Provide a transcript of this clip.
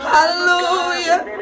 Hallelujah